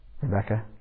Rebecca